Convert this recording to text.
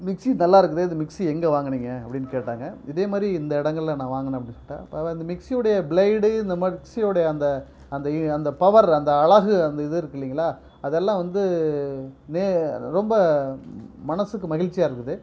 mixie நல்லா இருக்குது இந்த மிக்ஸி எங்கே வாங்கினீங்க அப்படின்னு கேட்டாங்க இதே மாதிரி இந்த இடங்களில் நான் வாங்கினேன் அப்படின் சொல்லிட்டேன் அந்த மிக்ஸியுடைய ப்ளைடு இந்த மாதிரி மிக்ஸியோடைய அந்த அந்த அந்த பவர் அந்த அழகு அந்த இது இருக்கு இல்லைங்களா அதெல்லாம் வந்து நே ரொம்ப மனசுக்கு மகிழ்ச்சியாக இருந்துது